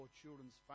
children's